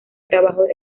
trabajos